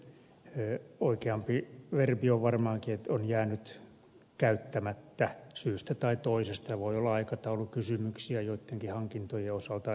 oikeampi verbi on varmaankin että on jäänyt käyttämättä syystä tai toisesta ja voi olla aikataulukysymyksiä joittenkin hankintojen osalta esimerkiksi